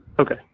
Okay